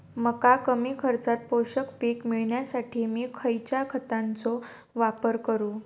मका कमी खर्चात पोषक पीक मिळण्यासाठी मी खैयच्या खतांचो वापर करू?